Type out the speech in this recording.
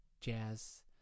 jazz